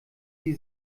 sie